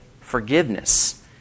forgiveness